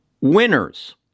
winners